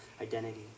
identity